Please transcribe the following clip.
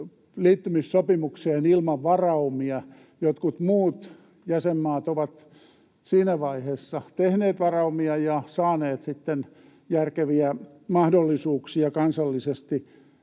liittymissopimukseen ilman varaumia. Jotkut muut jäsenmaat ovat siinä vaiheessa tehneet varaumia ja saaneet sitten järkeviä mahdollisuuksia kansallisesti